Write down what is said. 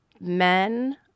men